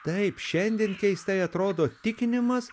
taip šiandien keistai atrodo tikinimas